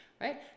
Right